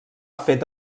fet